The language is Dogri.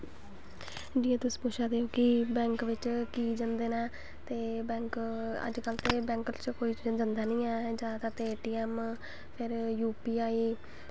जि'यां तुस पुच्छा दे ओ कि बैंक बिच्च की जंदे नै ते बैंक अज्ज कल ते बैक च कोई जंदा नी ऐ ते जादा ते ए टी ऐम्म फिर यू पी आई